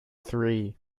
three